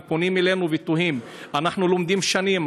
הם פונים אלינו ותוהים: אנחנו לומדים שנים,